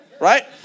Right